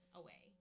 away